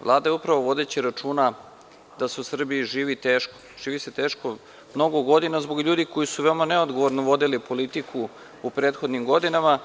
Vlada je, upravo vodeći računa da se u Srbiji živi teško, živi se teško mnogo godina zbog ljudi koji su veoma neodgovorno vodili politiku u prethodnim godinama,